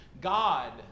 God